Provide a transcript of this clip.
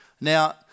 Now